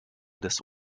des